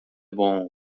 bom